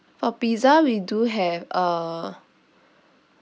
uh pizza we do have uh